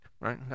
Right